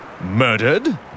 Murdered